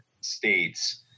states